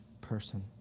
person